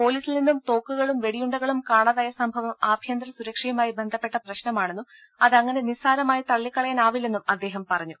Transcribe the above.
പൊലീസിൽ നിന്നും തോക്കുകളും വെടിയുണ്ടകളും കാണാതായ സംഭവം ആഭ്യന്തര സുരക്ഷയുമായി ബന്ധപ്പെട്ട പ്രശ്നമാണെന്നും അതങ്ങനെ നിസ്സാരമായി തള്ളിക്കളയാനാവില്ലെന്നും അദ്ദേഹം പറഞ്ഞു